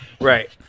Right